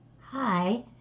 Hi